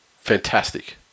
fantastic